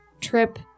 trip